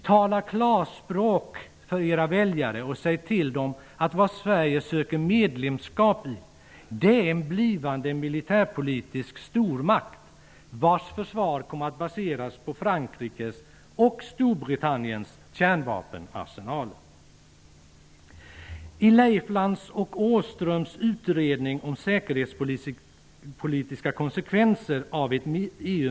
Tala klarspråk för era väljare och säg till dem att vad Sverige söker medlemskap i är en blivande militärpolitisk stormakt, vars försvar kommer att baseras på Frankrikes och Storbritanniens kärnvapenarsenaler!